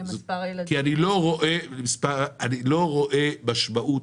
אני לא רואה משמעות,